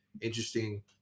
interesting